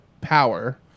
power